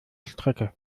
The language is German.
strecke